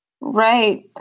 Right